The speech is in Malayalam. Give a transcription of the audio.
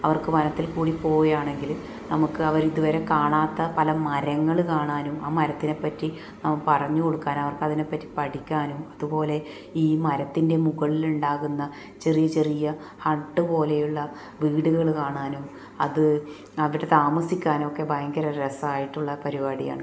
അവർക്ക് വനത്തിൽ കൂടി പോവുകയാണെങ്കിൽ നമുക്ക് അവർ ഇതുവരെ കാണാത്ത പല മരങ്ങൾ കാണാനും ആ മരത്തിനെ പറ്റി പറഞ്ഞു കൊടുക്കാൻ അവർക്ക് അതിനെ പറ്റി പഠിക്കാനും അതുപോലെ ഈ മരത്തിൻ്റെ മുകളിൽ ഉണ്ടാകുന്ന ചെറിയ ചെറിയ ഹട്ടു പോലെയുള്ള വീടുകൾ കാണാനും അത് അവിടെ താമസിക്കാൻ ഒക്കെ ഭയങ്കര രസമായിട്ടുള്ള പരിപാടിയാണ്